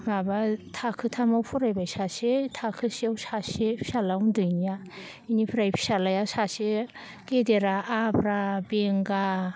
माबा थाखोथामाव फरायबाय सासे थाखोसेयाव सासै फिसाज्ला उन्दैनिया इनिफ्राय फिसाज्लाया सासे गेदेरा आब्रा बेंगा